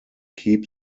keep